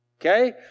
Okay